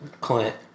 Clint